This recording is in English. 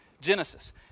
Genesis